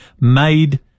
made